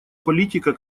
политика